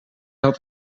had